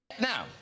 Now